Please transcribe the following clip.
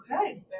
Okay